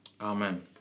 Amen